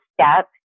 step